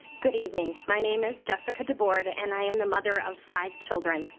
good evening. my name is jessica dubord. and i am the mother of five children.